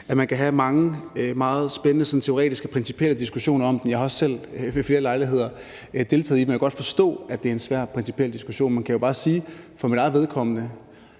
man kan have mange meget spændende sådan teoretiske og principielle diskussioner om det. Jeg har også selv ved flere lejligheder deltaget i dem, og jeg kan godt forstå, at det er en svær principiel diskussion, men kan bare sige for mit eget vedkommende,